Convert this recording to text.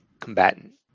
combatant